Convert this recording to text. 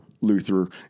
Luther